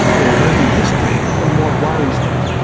their voting history, and what worries them.